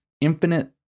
infinite